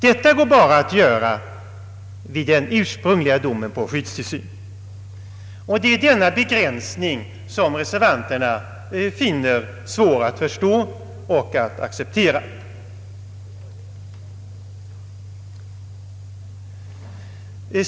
Detta går bara att göra vid den ursprungliga domen på skyddstillsyn, och det är denna begränsning som reservanterna finner svår att förstå och att acceptera.